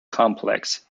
complex